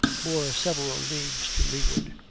bore several leagues to leeward.